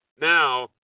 now